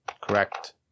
Correct